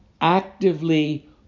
actively